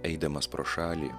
eidamas pro šalį